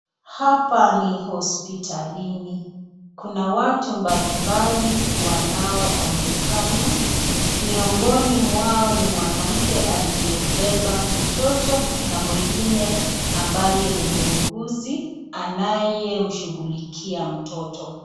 Hapa ni hospitalini kuna watu mbali mbali wanaoonekana. Miongoni mwao ni mwanamke aliyembeba mtoto na mwingine ambaye ni muuguzi anayemshughulikia mtoto.